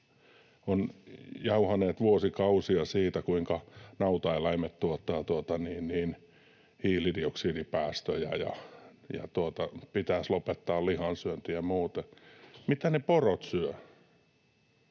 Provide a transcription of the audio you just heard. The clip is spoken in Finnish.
jauhaneet vuosikausia siitä, kuinka nautaeläimet tuottavat hiilidioksidipäästöjä ja pitäisi lopettaa lihansyönti ja muuta. Mitä ne porot syövät?